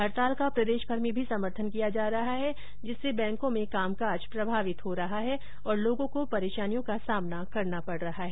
हडताल का प्रदेशभर में भी समर्थन किया जा रहा है जिससे बैंकों में कामकाज प्रभावित हो रहा है और लोगों को परेशानी का सामना करना पड रहा है